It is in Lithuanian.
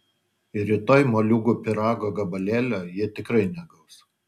ir rytoj moliūgų pyrago gabalėlio ji tikrai negaus